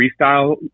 freestyle